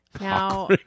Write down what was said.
Now